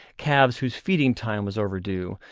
calves whose feeding-time was overdue,